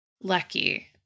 lucky